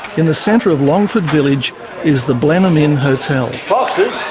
in the centre of longford village is the blenheim inn hotel. foxes?